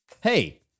Hey